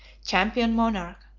champion monarch,